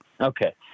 Okay